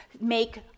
make